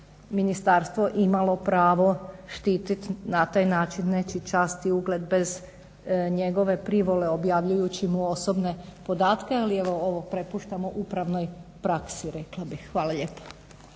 ministarstvo imalo pravo štitit na taj način nečiju čast i ugled bez njegove privole, objavljujući mu osobne podatke, ali evo ovo prepuštamo upravnoj praksi rekla bih. Hvala lijepo.